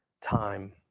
time